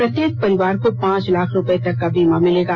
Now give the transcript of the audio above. प्रत्येक परिवार को पांच लाख रुपए तक का बीमा मिलेगा